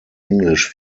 english